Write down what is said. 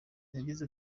yagize